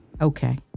Okay